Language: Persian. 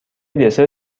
دسر